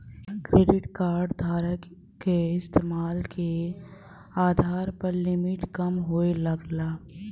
credit card धारक क इस्तेमाल के आधार पर लिमिट कम होये लगला